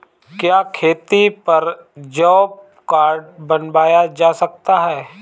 क्या खेती पर जॉब कार्ड बनवाया जा सकता है?